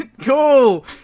Cool